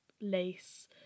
lace